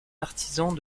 artisans